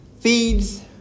feeds